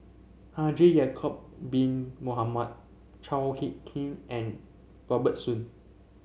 Haji Ya'acob Bin Mohamed Chao HicK Tin and Robert Soon